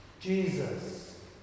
Jesus